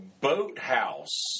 boathouse